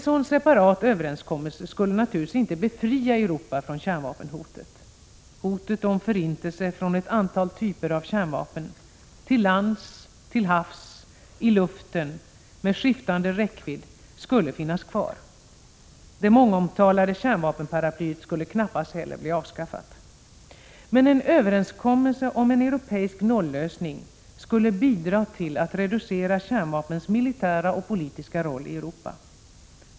En sådan separat överenskommelse skulle naturligtvis inte befria Europa från kärnvapenhotet. Hotet om förintelse från ett antal typer av kärnvapen — till lands, till havs, i luften, med skiftande räckvidd — skulle finnas kvar. Det mångomtalade kärnvapenparaplyet skulle knappast heller bli avskaffat. Men en överenskommelse om en europeisk nollösning skulle bidra till att reducera kärnvapnens militära och politiska roll i Europa.